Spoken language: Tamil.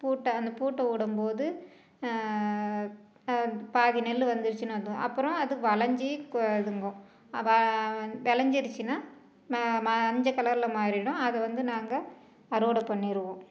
பூட்ட அந்த பூட்ட விடும் போது பாதி நெல் வந்துடுச்சுன்னா அர்த்தம் அப்புறம் அது விளஞ்சி கு இதுங்கும் வெ விளஞ்சிருச்சுன்னா ம மஞ்சள் கலரில் மாறிடும் அதை வந்து நாங்க அறுவடை பண்ணிடுவோம்